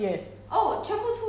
mm